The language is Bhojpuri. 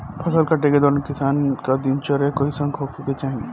फसल कटाई के दौरान किसान क दिनचर्या कईसन होखे के चाही?